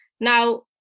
Now